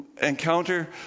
encounter